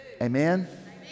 Amen